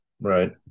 Right